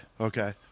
Okay